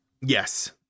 Yes